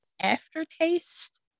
aftertaste